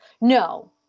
No